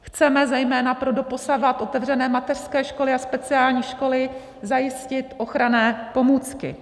Chceme zejména pro doposavad otevřené mateřské školy a speciální školy zajistit ochranné pomůcky.